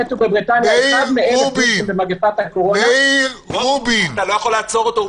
רובין, מאיר רובין --- אתה לא יכול לעצור אותו.